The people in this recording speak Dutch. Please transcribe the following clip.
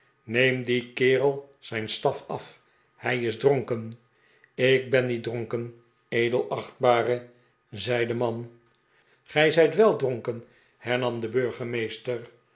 neem dien kerel zijn staf af hij is dronken ik ben niet dronken edelachtbare zei ie man gij zijt wel dronken hernam de